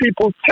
people